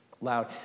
loud